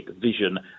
vision